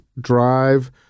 drive